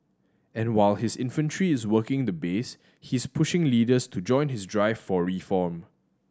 and while his infantry is working the base he's pushing leaders to join his drive for reform